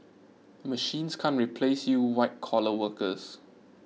machines can't replace you white collar workers